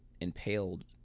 impaled